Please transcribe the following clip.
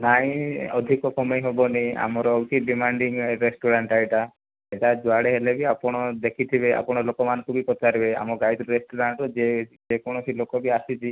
ନାଇଁ ଅଧିକ କମେଇ ହେବନି ଆମର ହେଉଛି ଡିମାଣ୍ଡିଂ ରେଷ୍ଟୁରାଣ୍ଟଟା ଏଇଟା ଏଟା ଯୁଆଡ଼େ ହେଲେବି ଆପଣ ଦେଖିଥିବେ ଆପଣ ଲୋକମାନଙ୍କୁ ବି ପଚାରିବେ ଆମ ଗାଇଡ଼ ରେଷ୍ଟୁରାଣ୍ଟ ଯେ ଯେକୌଣସି ଲୋକ ବି ଆସିଛି